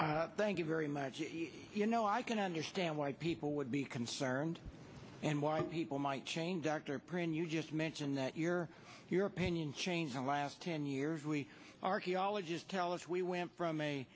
and thank you very much you know i can understand why people would be concerned and why people might change dr perry and you just mentioned that your your opinion changed the last ten years we archaeologist tell us we went from a